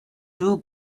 too